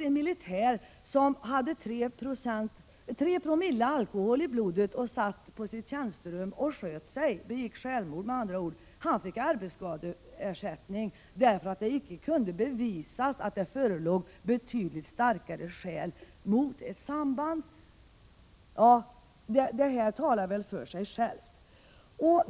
En militär som hade en alkoholhalt av tre promille i blodet sköt sig på sitt tjänsterum. Han begick självmord med andra ord. Han fick arbetsskadeersättning därför att det icke kunde bevisas att det förelåg ”betydligt starkare skäl mot ett samband”. Dessa exempel talar väl för sig själva!